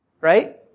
right